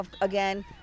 again